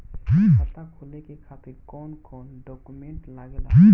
खाता खोले के खातिर कौन कौन डॉक्यूमेंट लागेला?